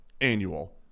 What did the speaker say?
annual